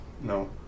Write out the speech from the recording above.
No